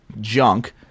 junk